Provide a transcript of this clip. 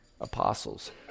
apostles